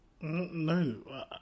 No